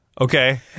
Okay